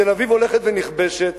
תל-אביב הולכת ונכבשת.